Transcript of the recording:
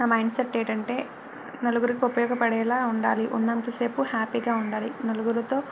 నా mind set ఏంటంటే నలుగురికి ఉపయోగపడేలాగా ఉండాలి ఉన్నంత సేపు హ్యాపీగా ఉండాలి నలుగురితో